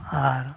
ᱟᱨ